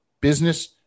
business